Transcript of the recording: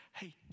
hey